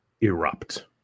erupt